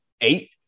Eight